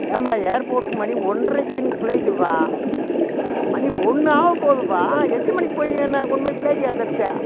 ஏம்பா ஏர்போர்ட்டுக்கு மணி ஒன்றைக்கு எனக்கு ப்ளைட்டுப்பா மணி ஒன்று ஆகப்போதுப்பா எத்தன மணிக்கு போய் என்னை கொண்டு போய் ப்ளைட் ஏத்துறது